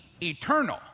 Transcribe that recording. eternal